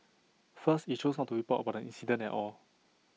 first IT chose not to report about the incident at all